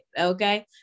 okay